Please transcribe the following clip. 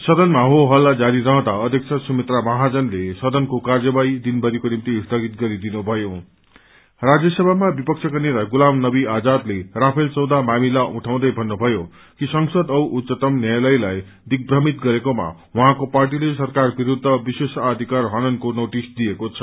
सदनामा हो हल्ला जारी रहँदा अध्यक्ष सुमित्रा महाजनले सदनको कार्यवाही दिनभरिको निम्ति स्थगित गरिदिनुभयो राज्यसभमा विपक्षका नेता गुलाम नवी आजादले राफल सौदा मामिला उठाउँदै भन्नुभयो कि संसद औ उच्चतम न्यायालयलाई दिग्भ्रमित गरेकोमा उहाँको पार्टीले सरकार विरूद्ध विशेषाअधिकार हननको नोअिस दिएको छ